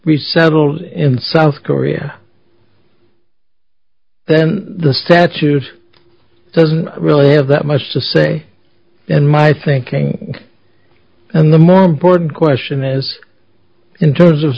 resettled in south korea then the statute doesn't really have that much to say in my thinking and the more important question is in terms of